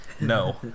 No